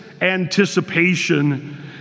anticipation